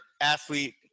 athlete